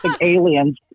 aliens